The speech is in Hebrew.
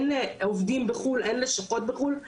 אין דרך ליצור קשר עם עובדים זרים בחו"ל,